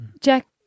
Jack